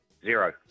Zero